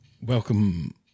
Welcome